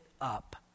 up